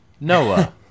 Noah